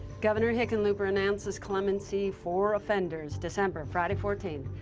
governor hickenlooper announces clemency for offenders, december, friday, fourteen.